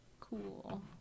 cool